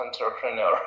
entrepreneur